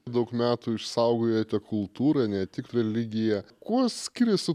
daug metų išsaugojote kultūrą ne tik religiją kuo skiriasi